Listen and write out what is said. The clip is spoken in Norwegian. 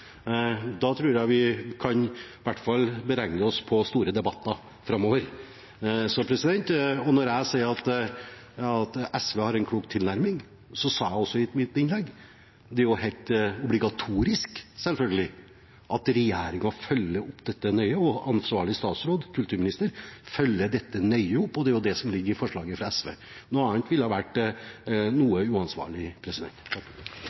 Da tror jeg vi i hvert fall kan belage oss på store debatter framover. Da jeg sa at SV har en klok tilnærming, sa jeg også i mitt innlegg at det selvfølgelig er helt obligatorisk at regjeringen følger opp dette nøye, og at ansvarlig statsråd, kulturministeren, følger dette nøye opp, og det er det som ligger i forslaget til SV. Noe annet ville vært noe uansvarlig. Ja, det har no